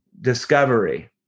discovery